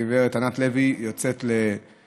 גב' ענת לוי יוצאת לגמלאות,